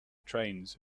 trains